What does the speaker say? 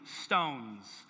stones